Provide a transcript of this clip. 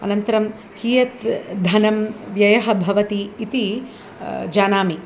अनन्तरं कियत् धनं व्ययः भवति इति जानामि